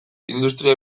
industria